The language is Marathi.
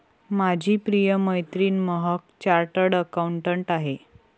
माझी प्रिय मैत्रीण महक चार्टर्ड अकाउंटंट आहे